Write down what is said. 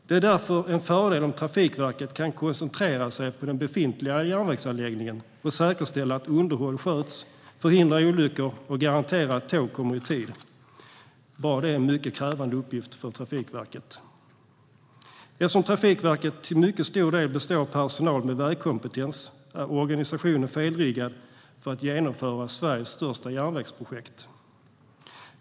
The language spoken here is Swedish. Det är därför en fördel om Trafikverket kan koncentrera sig på den befintliga järnvägsanläggningen och säkerställa att underhåll sköts, förhindra olyckor och garantera att tåg kommer i tid. Bara detta är en mycket krävande uppgift för Trafikverket. Eftersom Trafikverket till mycket stor del består av personal med vägkompetens är organisationen felriggad för att genomföra Sveriges största järnvägsprojekt.